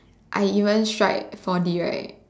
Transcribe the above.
I even strike four D right